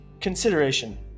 consideration